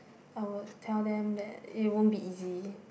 I would tell them that it won't be easy